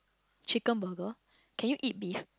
chicken burger can you eat beef